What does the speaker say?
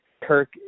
Kirk